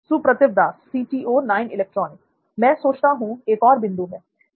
सुप्रतिव दास मैं सोचता हूं एक और बिंदु है